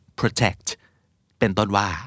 protect,เป็นต้นว่า